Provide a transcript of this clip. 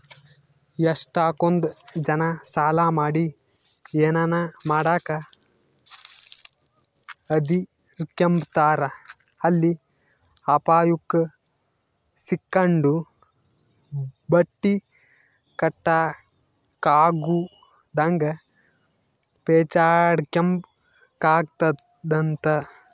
ಎಷ್ಟಕೊಂದ್ ಜನ ಸಾಲ ಮಾಡಿ ಏನನ ಮಾಡಾಕ ಹದಿರ್ಕೆಂಬ್ತಾರ ಎಲ್ಲಿ ಅಪಾಯುಕ್ ಸಿಕ್ಕಂಡು ಬಟ್ಟಿ ಕಟ್ಟಕಾಗುದಂಗ ಪೇಚಾಡ್ಬೇಕಾತ್ತಂತ